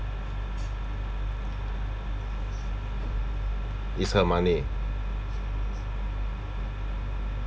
is her money